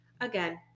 Again